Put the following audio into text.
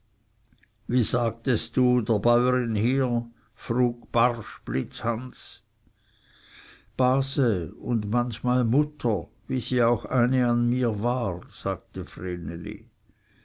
wie sagtest du der bäurin hier frug barsch blitzhans base und manchmal mutter wie sie auch eine an mir war sagte